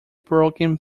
broken